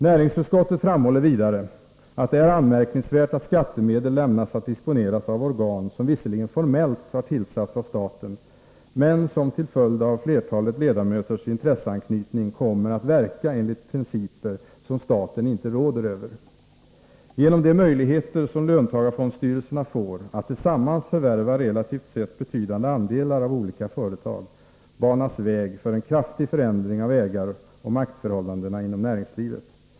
Näringsutskottet framhåller vidare att det är anmärkningsvärt att skattemedel lämnas att disponeras av organ, som visserligen formellt har tillsatts av staten men som till följd av flertalet ledamöters intresseanknytning kommer att verka enligt principer som staten inte råder över. Genom de möjligheter som löntagarfondsstyrelserna får att tillsammans förvärva relativt sett betydande andelar av olika företag banas väg för en kraftig förändring av ägaroch maktförhållandena inom näringslivet.